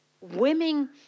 women